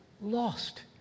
lost